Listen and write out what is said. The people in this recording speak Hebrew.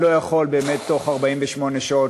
אף אחד לא יכול באמת בתוך 48 שעות